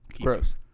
Gross